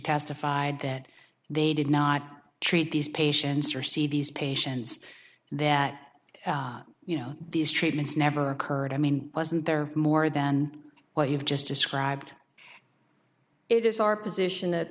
testified that they did not treat these patients or see these patients that you know these treatments never occurred i mean wasn't there more than what you've just described it is our position that